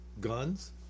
guns